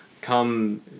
come